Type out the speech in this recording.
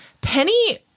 Penny